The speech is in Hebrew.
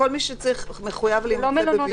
כל מי שמחוייב בבידוד.